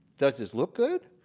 does this look good,